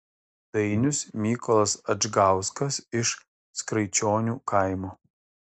dainius mykolas adžgauskas iš skraičionių kaimo